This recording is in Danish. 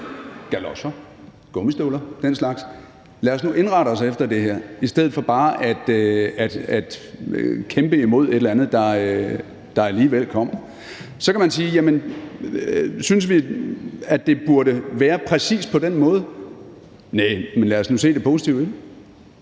galocher, gummistøvler og den slags med. Lad os nu indrette os efter det her i stedet for bare at kæmpe imod et eller andet, der alligevel kommer. Så kan man sige: Synes vi, at det burde være præcis på den måde? Næh, men lad os nu se det positive i det.